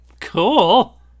Cool